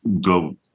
go